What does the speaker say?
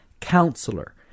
Counselor